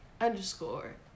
underscore